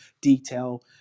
detail